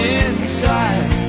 inside